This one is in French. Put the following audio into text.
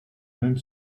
même